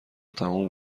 تموم